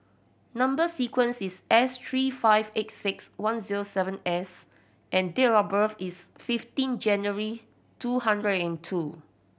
number sequence is S three five eight six one zero seven S and date of birth is fifteen January two hundred and two